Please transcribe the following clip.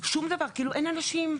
ושום דבר אין אנשים,